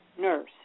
nurse